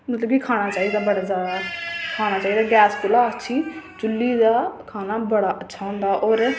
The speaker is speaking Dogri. मतलब कि खाना चाहिदा बड़ा जादा खाना चाहिदा गैस कोला अच्छी चु'ल्ली दा खाना बड़ा अच्छा होंदा होर